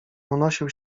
unosił